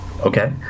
Okay